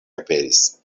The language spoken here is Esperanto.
aperis